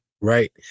right